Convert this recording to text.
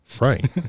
right